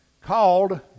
called